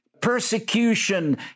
Persecution